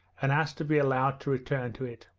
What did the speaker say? and asked to be allowed to return to it.